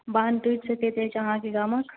बांध टूटि सकै छै अहाँके गामक